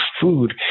food